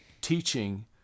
teaching